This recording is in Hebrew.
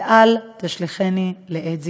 ואל תשליכני לעת זקנה.